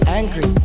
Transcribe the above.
angry